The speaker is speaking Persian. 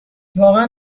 واقعا